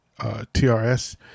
TRS